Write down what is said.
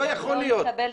לא יכול להיות.